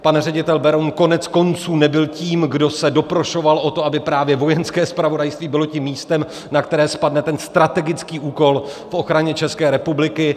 Pan ředitel Beroun koneckonců nebyl tím, kdo se doprošoval o to, aby právě Vojenské zpravodajství bylo tím místem, na které spadne strategický úkol v ochraně České republiky.